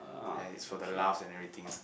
and it's for the laughs and everything ah